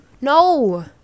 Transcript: No